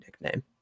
nickname